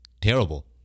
terrible